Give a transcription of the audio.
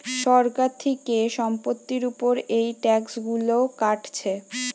সরকার থিকে সম্পত্তির উপর এই ট্যাক্স গুলো কাটছে